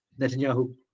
Netanyahu